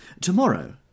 Tomorrow